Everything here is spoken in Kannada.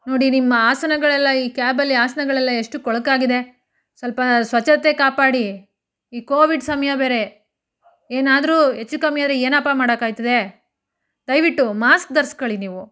ನೋಡಿ ನಿಮ್ಮ ಆಸನಗಳೆಲ್ಲ ಈ ಕ್ಯಾಬಲ್ಲಿ ಆಸನಗಳೆಲ್ಲ ಎಷ್ಟು ಕೊಳಕಾಗಿದೆ ಸ್ವಲ್ಪ ಸ್ವಚ್ಛತೆ ಕಾಪಾಡಿ ಈ ಕೋವಿಡ್ ಸಮಯ ಬೇರೆ ಏನಾದ್ರೂ ಹೆಚ್ಚು ಕಮ್ಮಿ ಆದರೆ ಏನಪ್ಪ ಮಾಡೋಕ್ಕಾಗ್ತದೆ ದಯವಿಟ್ಟು ಮಾಸ್ಕ್ ಧರ್ಸ್ಕೊಳ್ಳಿ ನೀವು